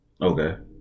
Okay